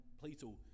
plato